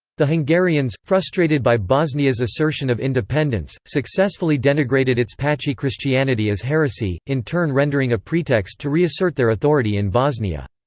the hungarians, frustrated by bosnia's assertion of independence, successfully denigrated its patchy christianity as heresy in turn rendering a pretext to reassert their authority in bosnia.